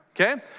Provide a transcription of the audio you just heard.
Okay